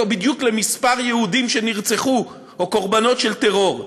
למספר של יהודים שנרצחו או לקורבנות של טרור?